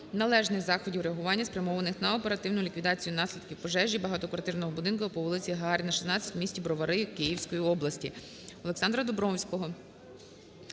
належних заходів реагування, спрямованих на оперативну ліквідацію наслідків пожежі багатоквартирного будинку по вулиці Гагаріна, 16 в місті Бровари Київської області.